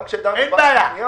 אין בעיה.